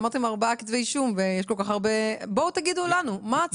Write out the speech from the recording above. אמרתם ארבעה כתבי אישום ויש כל כך הרבה בואו תגידו לנו מה צריך לעשות.